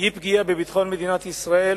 אי-פגיעה בביטחון מדינת ישראל,